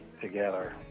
together